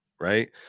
right